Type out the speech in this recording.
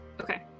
Okay